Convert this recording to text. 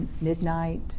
midnight